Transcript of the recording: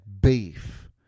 beef